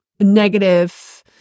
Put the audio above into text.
negative